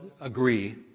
agree